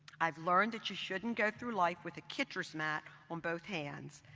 i've learned that you shouldn't go through life with a catcher's mitt on both hands,